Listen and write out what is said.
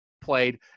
played